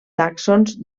tàxons